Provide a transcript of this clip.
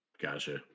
Gotcha